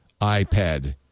iPad